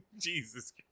Jesus